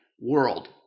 world